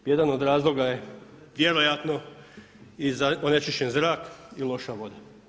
Jedan od razloga je, vjerojatno i onečišćen zrak i loša voda.